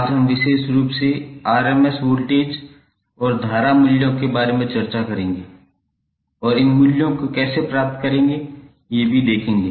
आज हम विशेष रूप से RMS वोल्टेज और धारा मूल्यों के बारे में चर्चा करेंगे और इन मूल्यों को कैसे प्राप्त करेंगे